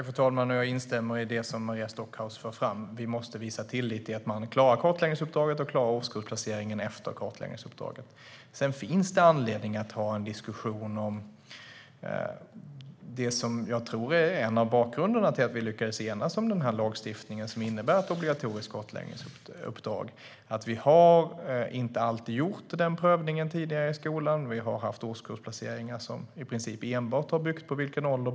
Fru talman! Jag instämmer i det som Maria Stockhaus har fört fram. Vi måste visa tillit till att man klarar kartläggningsuppdraget och årskursplaceringen efter kartläggningen. Sedan finns det anledning att ha en diskussion om något av det som var bakgrunden till att vi lyckades enas om den här lagstiftningen, som innebär en obligatorisk kartläggning. Den prövningen har tidigare inte alltid gjorts i skolan. Det har förekommit årskullsplaceringar som i princip enbart har byggt på barnens ålder.